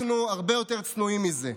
אנחנו הרבה יותר צנועים מזה.